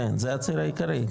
כן, זה הציר העיקרי.